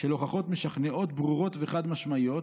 של הוכחות משכנעות ברורות וחד-משמעיות,